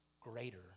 greater